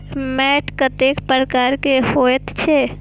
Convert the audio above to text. मैंट कतेक प्रकार के होयत छै?